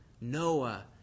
Noah